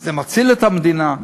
זה מציל את המדינה?